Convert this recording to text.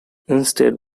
instead